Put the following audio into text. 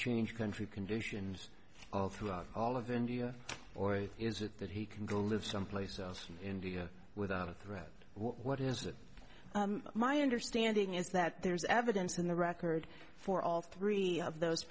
change country conditions of throughout all of them or is it that he can go live someplace else from india without a threat what is that my understanding is that there's evidence in the record for all three of those